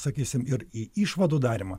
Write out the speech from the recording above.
sakysim ir į išvadų darymą